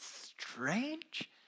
strange